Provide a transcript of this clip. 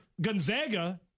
Gonzaga